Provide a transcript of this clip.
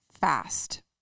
fast